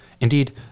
Indeed